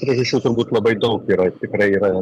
priežasčių turbūt labai daug yra tikrai yra